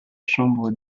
chambre